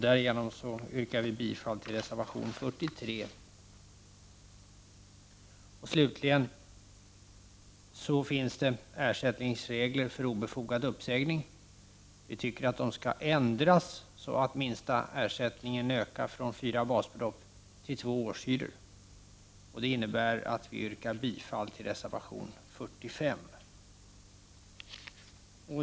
Därmed yrkar vi bifall till reservation 43. Slutligen tycker vi att reglerna om ersättning för obefogad uppsägning skall ändras så att minsta ersättningen ökar från fyra basbelopp till två årshyror. Det innebär att vi yrkar bifall till reservation 45.